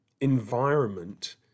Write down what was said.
environment